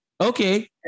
Okay